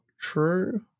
true